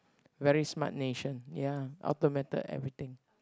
very smart nation ya automated everything